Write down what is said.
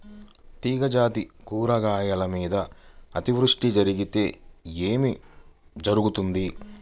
తీగజాతి కూరగాయల మీద అతివృష్టి జరిగితే ఏమి జరుగుతుంది?